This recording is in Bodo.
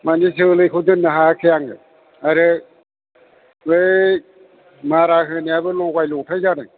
माने जोलैखौ दोननो हायाखै आङो आरो बै मारा होनायाबो लगाय लथाय जादों